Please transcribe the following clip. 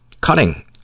Cutting